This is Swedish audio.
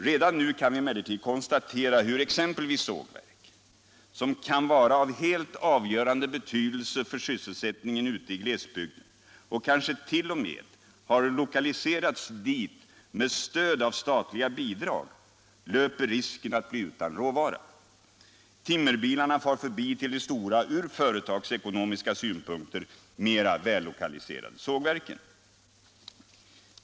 Redan nu kan vi emellertid konstatera att exempelvis sågverk, som kan vara av helt avgörande betydelse för sysselsättningen ute i glesbygden och kanske t.o.m. har lokaliserats dit med stöd av statliga bidrag, löper risken att bli utan råvara. Timmerbilarna far förbi till de stora, från företagsekonomiska synpunkter mera vällokaliserade, sågverken.